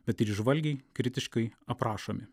bet ir įžvalgiai kritiškai aprašomi